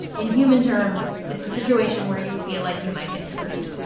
in human terms, it's a situation where you feel like you might get screwed.